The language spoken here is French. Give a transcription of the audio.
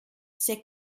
c’est